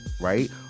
right